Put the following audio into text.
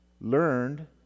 learned